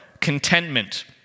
contentment